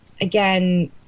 again